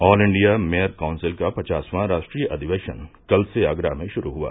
all India mayor council का प्वासवां राष्ट्रीय अधिवेशन कल से आगरा में शुरू हुआ